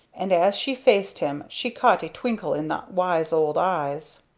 and as she faced him she caught a twinkle in the wise old eyes.